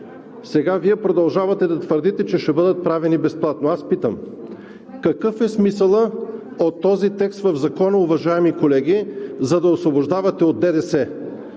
Сега Вие продължавате да твърдите, че ще бъдат правени безплатно. Аз питам: какъв е смисълът от този текст в Закона, уважаеми колеги, за да освобождавате от ДДС?